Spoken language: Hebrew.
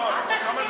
אל תשמיץ,